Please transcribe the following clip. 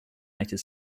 united